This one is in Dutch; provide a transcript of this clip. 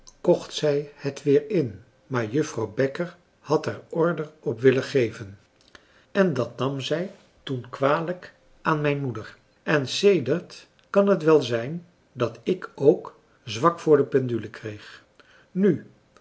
kocht zij het weer in maar juffrouw bekker had er order op willen geven en dat nam zij toen kwalijk aan mijn moeder en sedert kan het wel zijn dat ik ook zwak voor de pendule kreeg nu